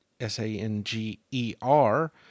S-A-N-G-E-R